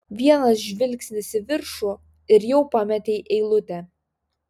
vienas žvilgsnis į viršų ir jau pametei eilutę